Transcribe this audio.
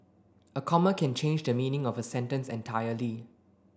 a comma can change the meaning of a sentence entirely